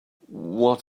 what